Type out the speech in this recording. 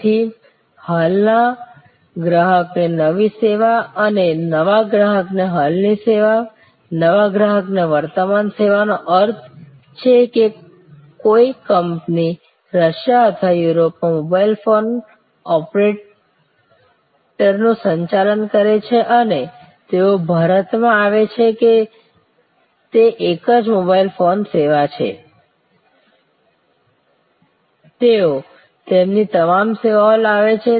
તેથી હાલના ગ્રાહક માટે નવી સેવા અને નવા ગ્રાહક માટે હાલની સેવા નવા ગ્રાહકને વર્તમાન સેવાનો અર્થ એ છે કે કોઈ કંપની રશિયા અથવા યુરોપમાં મોબાઇલ ફોન ઓપરેટરનું સંચાલન કરે છે અને તેઓ ભારતમાં આવે છે તે એક જ મોબાઇલ ફોન સેવા છે તેઓ તેમની તમામ સેવાઓ લાવે છે